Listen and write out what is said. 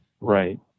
Right